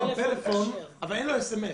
יש לו פלאפון אבל אין לו סמס.